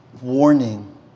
Warning